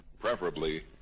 preferably